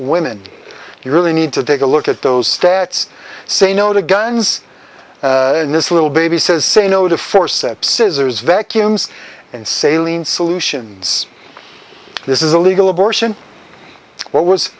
women you really need to take a look at those stats say no to guns in this little baby says say no to forceps scissors vacuums and sailing solutions this is a legal abortion what was